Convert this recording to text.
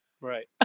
Right